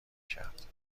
کرد